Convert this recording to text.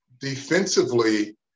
defensively